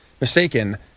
mistaken